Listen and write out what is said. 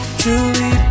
truly